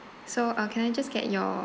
so uh can I just get your